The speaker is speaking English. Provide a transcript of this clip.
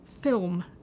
film